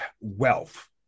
wealth